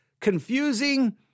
Confusing